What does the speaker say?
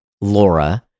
Laura